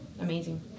amazing